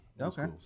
Okay